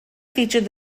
featured